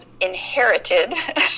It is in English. inherited